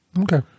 okay